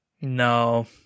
No